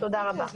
תודה רבה.